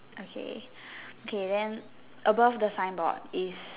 okay okay then above the signboard is